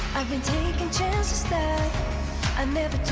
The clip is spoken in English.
i've been taking chances that and